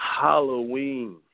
Halloween